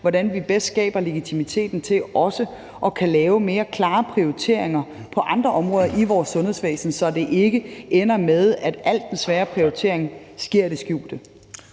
hvordan vi bedst skaber legitimiteten i forhold til at kunne lave mere klare prioriteringer på andre områder i vores sundhedsvæsen, så det ikke ender med, at al den svære prioritering sker i det skjulte.